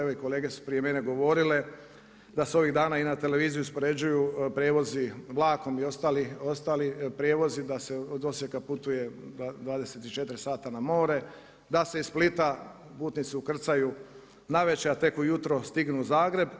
Evo i kolege su prije mene govorile da se i ovih dana na televiziji uspoređuju prijevozi vlakom i ostali prijevozi, da se od Osijeka putuje 24 sata na more, da se iz Splita putnici ukrcaju navečer, a tek ujutro stignu u Zagreb.